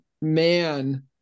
man